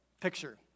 picture